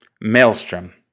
Maelstrom